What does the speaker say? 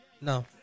no